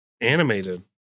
Animated